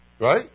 Right